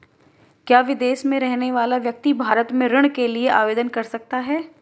क्या विदेश में रहने वाला व्यक्ति भारत में ऋण के लिए आवेदन कर सकता है?